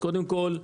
קודם כל,